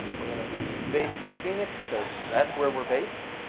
we're gonna be based in phoenix cause that's where we're based.